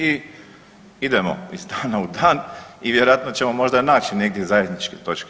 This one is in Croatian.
I idemo iz dana u dan i vjerojatno ćemo možda naći negdje zajedničke točke.